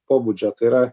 pobūdžio tai yra